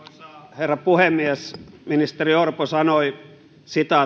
herra puhemies ministeri orpo sanoi